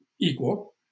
equal